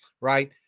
right